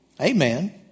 Amen